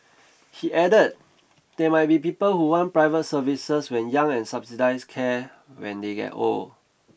he added there might be people who want private services when young and subsidised care when they get old